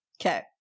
Okay